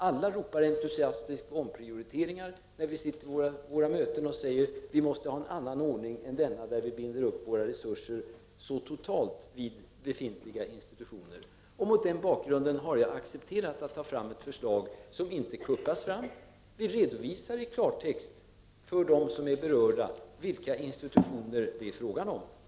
Alla ropar entusiastiskt på 11 omprioriteringar, när vi sitter i våra möten och säger att vi måste ha en annan ordning än den nuvarande, då resurserna binds upp så totalt vid befintliga institutioner. Mot denna bakgrund har jag accepterat att ta fram ett förslag, och detta tas inte fram på ett kuppartat sätt. I förslaget redovisas i klartext för de berörda vilka institutioner det är fråga om.